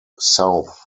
south